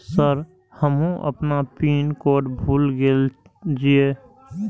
Sir हमू अपना pin code भूल गेल जीये?